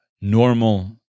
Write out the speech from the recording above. normal